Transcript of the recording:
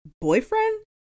Boyfriend